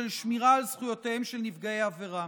של שמירה על זכויותיהם של נפגעי עבירה.